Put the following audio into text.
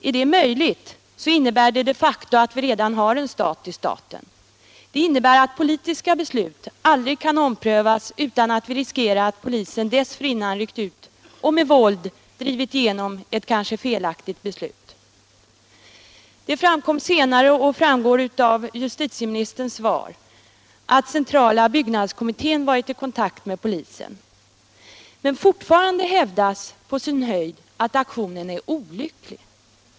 Är det möjligt, så innebär det de facto att vi redan har en stat i staten. Det innebär att politiska beslut aldrig kan omprövas utan att vi riskerar att polisen dessförinnan ryckt ut och med våld drivit igenom ett kanske felaktigt beslut. Det framkom senare och framgår av justitieministerns svar att centrala byggnadsnämnden varit i kontakt med polisen. Men fortfarande hävdas på sin höjd att aktionen är olycklig.